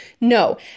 No